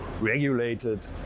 regulated